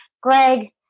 Greg